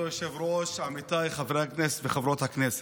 כבוד היושב-ראש, עמיתיי חברי הכנסת וחברות הכנסת,